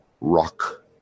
rock